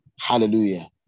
Hallelujah